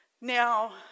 Now